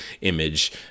image